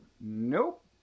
nope